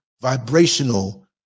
vibrational